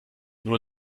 nur